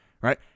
right